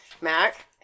Mac